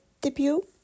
debut